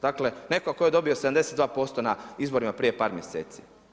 Dakle netko tko je dobio 72% na izborima prije par mjeseci.